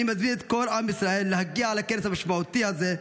אני מזמין את כל עם ישראל להגיע לכנס המשמעותי הזה,